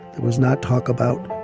there was not talk about